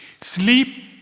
Sleep